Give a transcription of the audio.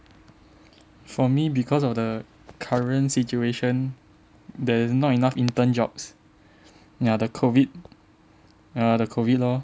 for me because of the current situation there's not enough intern jobs and ya the COVID ya the COVID lor